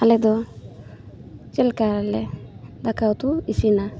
ᱟᱞᱮ ᱫᱚ ᱪᱮᱫ ᱞᱮᱠᱟ ᱨᱮᱞᱮ ᱫᱟᱠᱟᱼᱩᱛᱩ ᱤᱥᱤᱱᱟ